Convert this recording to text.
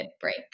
break